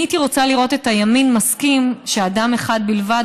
הייתי רוצה לראות את הימין מסכים שאדם אחד בלבד,